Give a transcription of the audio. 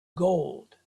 gold